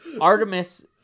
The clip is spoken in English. Artemis